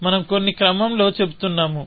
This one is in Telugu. మనం కొన్ని క్రమంలో చెబుతున్నాము